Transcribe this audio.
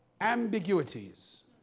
ambiguities